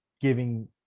giving